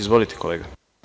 Izvolite, kolega.